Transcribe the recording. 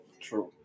True